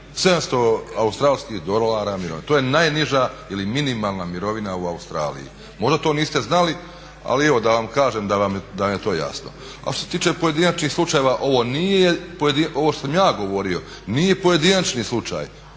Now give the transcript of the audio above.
700 australskih dolara mirovine. To je najniža ili minimalna mirovina u Australiji. Možda to niste znali ali evo da vam kažem da vam je to jasno. A što se tiče pojedinačnih slučajeva, ovo nije, ovo što sam ja govorio nije pojedinačni slučaj